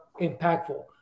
impactful